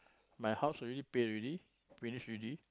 my house already pay already finish already